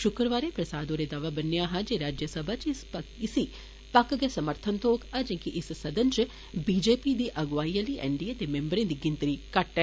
शुक्रवारें प्रसाद होरें दावा बन्नेआ हा जे राज्यसभा च इसी पक्क गै समर्थन थ्होग अजें कि इस सदन च बीजेपी दी अगुवाई आह्ली एनडीए दे मिम्बरें दी गिनतरी घट्ट ऐ